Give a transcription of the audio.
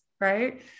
right